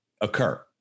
occur